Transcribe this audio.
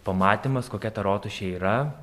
pamatymas kokia ta rotušė yra